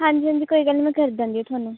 ਹਾਂਜੀ ਹਾਂਜੀ ਕੋਈ ਗੱਲ ਨਹੀਂ ਮੈਂ ਕਰ ਦਾਂਗੀ ਤੁਹਾਨੂੰ